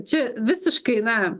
čia visiškai na